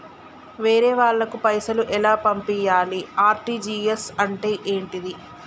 వేరే వాళ్ళకు పైసలు ఎలా పంపియ్యాలి? ఆర్.టి.జి.ఎస్ అంటే ఏంటిది?